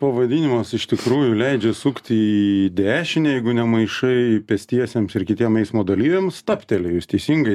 pavadinimas iš tikrųjų leidžia sukti į dešinę jeigu nemaišai pėstiesiems ir kitiem eismo dalyviam stabtelėjus teisingai